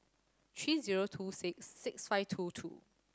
three zero two six six five two two